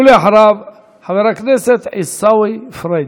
ואחריו, חבר הכנסת עיסאווי פריג'.